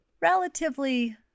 relatively